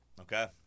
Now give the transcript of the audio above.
okay